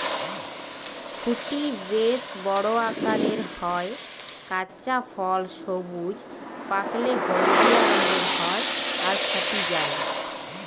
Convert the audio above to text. ফুটি বেশ বড় আকারের হয়, কাঁচা ফল সবুজ, পাকলে হলদিয়া রঙের হয় আর ফাটি যায়